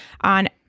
on